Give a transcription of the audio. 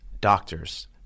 doctors